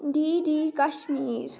D D Kashmir